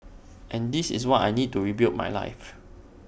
and this is what I need to rebuild my life